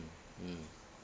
mm